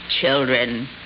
Children